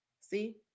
See